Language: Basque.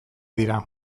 dira